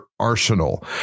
arsenal